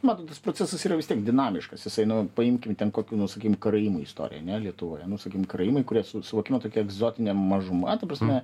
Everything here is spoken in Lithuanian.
matot tas procesas yra vis tiek dinamiškas jisai nu paimkim ten kokių nors sakykim karaimų istoriją ne lietuvoje nu sakykim karaimai kurie su suvokimo tokia egzotinė mažuma ta prasme